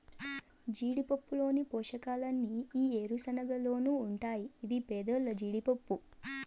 జీడిపప్పులోని పోషకాలన్నీ ఈ ఏరుశనగలోనూ ఉంటాయి ఇది పేదోల్ల జీడిపప్పు